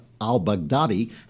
al-Baghdadi